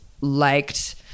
liked